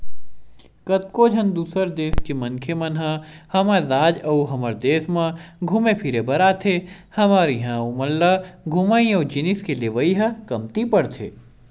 कतको झन दूसर देस के मनखे मन ह हमर राज अउ हमर देस म घुमे फिरे बर आथे हमर इहां ओमन ल घूमई अउ जिनिस के लेवई ह कमती परथे